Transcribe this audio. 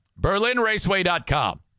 BerlinRaceway.com